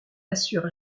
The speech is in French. assure